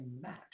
match